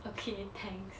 okay thanks